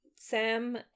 Sam